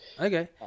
Okay